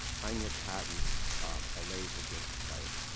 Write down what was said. heine yeah patents a laser disc players,